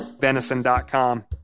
Venison.com